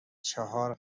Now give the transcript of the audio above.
چهار